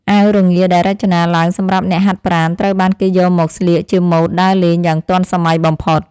អាវរងាដែលរចនាឡើងសម្រាប់អ្នកហាត់ប្រាណត្រូវបានគេយកមកស្លៀកជាម៉ូដដើរលេងយ៉ាងទាន់សម័យបំផុត។